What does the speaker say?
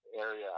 area